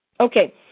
Okay